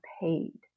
paid